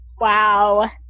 Wow